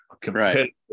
competitive